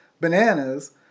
bananas